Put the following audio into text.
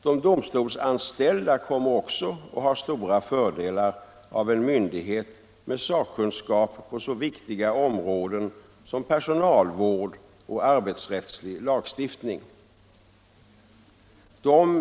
De domstolsanställda kommer också att ha stora fördelar av en myndighet med sakkunskap på så viktiga områden som personalvård och arbetsrättslig lagstiftning.